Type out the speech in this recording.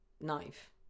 Knife